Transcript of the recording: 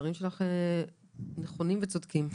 הדברים שלך נכונים וצודקים.